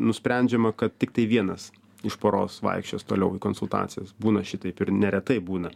nusprendžiama kad tiktai vienas iš poros vaikščios toliau į konsultacijas būna šitaip ir neretai būna